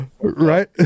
right